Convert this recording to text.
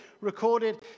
recorded